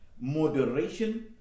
moderation